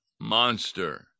monster